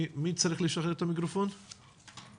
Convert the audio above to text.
ונציג הרלב"ד נפגשנו בתחילת השנה עם נציג משרד התחבורה ואמרתי לו